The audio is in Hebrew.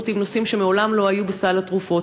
עם נושאים שמעולם לא היו בסל התרופות.